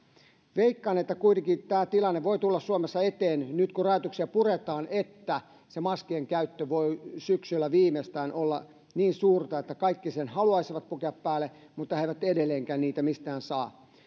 veikkaan että tämä tilanne voi kuitenkin tulla suomessa eteen nyt kun rajoituksia puretaan ja se maskien käyttö voi syksyllä viimeistään olla niin suurta että kaikki sen haluaisivat pukea päälle mutta he eivät edelleenkään niitä mistään saa